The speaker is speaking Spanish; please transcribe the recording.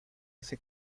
ese